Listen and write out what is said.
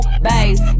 bass